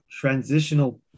transitional